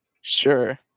Sure